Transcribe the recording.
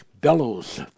bellows